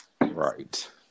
Right